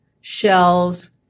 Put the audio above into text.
shells